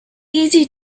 easy